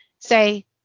say